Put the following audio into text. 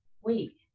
wait